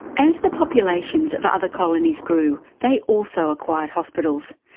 as the populations of other colonies grew, they also acquired hospitals.